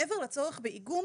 מעבר לצורך באיגום,